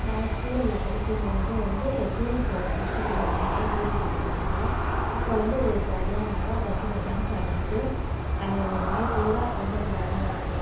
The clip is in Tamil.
நான் ஸ்கூலில் படிக்கும்பொழுது வந்து டூர் போவோம் வருஷத்துக்கு ரெண்டு முறை டூர் இட்டுன்னு போவாங்க அப்போது வந்து ஜாலியாக நாங்கள் பஸ்ஸில் டான்ஸ் ஆடிக்கிட்டு அன்னிக்கு ஒரு நாள் பூரா ரொம்ப ஜாலியாக இருப்போம்